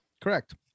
Correct